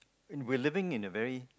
we're living in a very